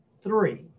three